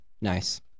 Nice